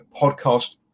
podcast